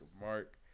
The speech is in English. Mark